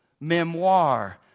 memoir